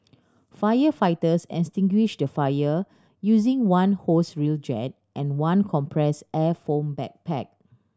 firefighters extinguished the fire using one hose reel jet and one compressed air foam backpack